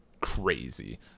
crazy